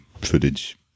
footage